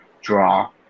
draw